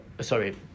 sorry